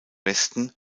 westen